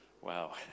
Wow